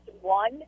one